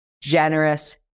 generous